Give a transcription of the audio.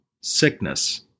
sickness